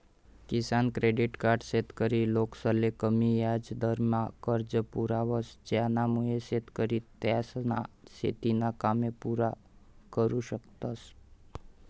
किसान credit card शेतकरी लोकसले कमी याजदरमा कर्ज पुरावस ज्यानामुये शेतकरी त्यासना शेतीना कामे पुरा करु शकतस